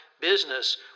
business